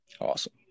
Awesome